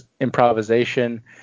improvisation